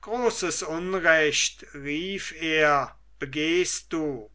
großes unrecht rief er begehst du